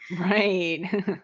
right